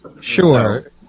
Sure